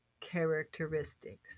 characteristics